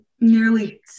nearly